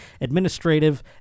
administrative